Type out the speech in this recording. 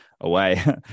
away